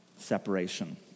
Separation